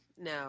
No